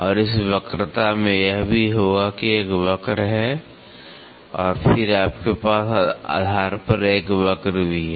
और इस वक्रता में यह भी होगा कि एक वक्र है और फिर आपके पास आधार पर एक वक्र भी है